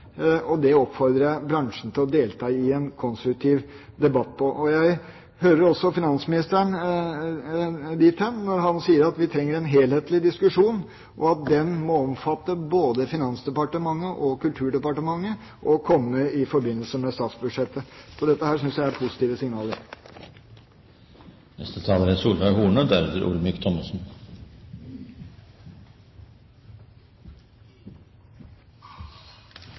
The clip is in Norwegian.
og det oppfordrer jeg bransjen til å delta i en konstruktiv debatt om. Jeg hører også at finansministeren sier at vi trenger en helhetlig diskusjon, og at den må omfatte både Finansdepartementet og Kulturdepartementet – og komme i forbindelse med statsbudsjettet. Så dette synes jeg er positive signaler. At finansministeren har blitt kulturminister, viser denne debatten. Det er